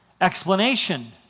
explanation